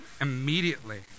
immediately